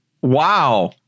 Wow